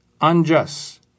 unjust